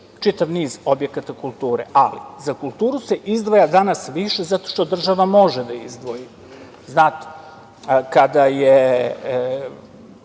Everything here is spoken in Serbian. čitav niz objekata kulture. Za kulturu se izdvaja danas više, zato što država može da izdvoji. Znate, kada je